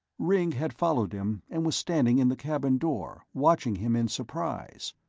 ringg had followed him, and was standing in the cabin door, watching him in surprise.